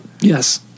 Yes